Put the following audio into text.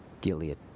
Gilead